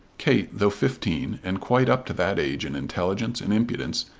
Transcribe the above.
kate, though fifteen, and quite up to that age in intelligence and impudence,